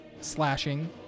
slashing